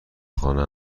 خانه